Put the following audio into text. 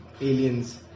aliens